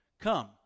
Come